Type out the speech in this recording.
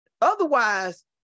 Otherwise